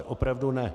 Opravdu ne.